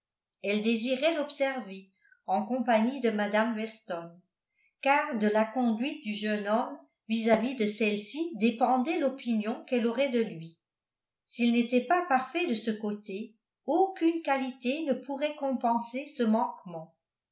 elle désirait l'observer en compagnie de mme weston car de la conduite du jeune homme vis-à-vis de celle-ci dépendait l'opinion qu'elle aurait de lui s'il n'était pas parfait de ce côté aucune qualité ne pourrait compenser ce manquement